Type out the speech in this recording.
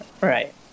Right